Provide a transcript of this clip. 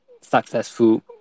successful